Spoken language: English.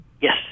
Yes